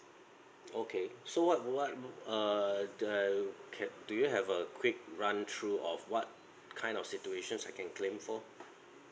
okay so what what err the ca~ do you have a quick run through of what kind of situations I can claim for